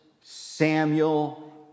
Samuel